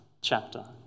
chapter